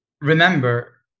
Remember